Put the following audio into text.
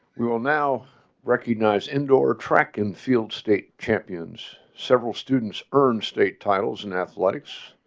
we will now recognize indoor track and field state champions. several students earn state titles and athletics.